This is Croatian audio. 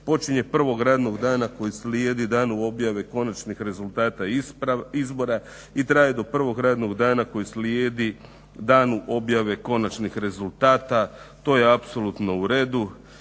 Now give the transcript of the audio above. počinje prvog radnog dana koji slijedi danu objave konačnih rezultata izbora i traje do prvog radnog dana koji slijedi danu objave konačnih rezultata. To je apsolutno u redu.